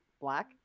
black